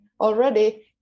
already